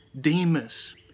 Demas